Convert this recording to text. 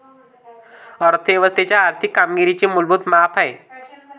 अर्थ व्यवस्थेच्या आर्थिक कामगिरीचे मूलभूत माप आहे